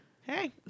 Hey